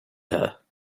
her